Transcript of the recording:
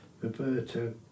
Roberto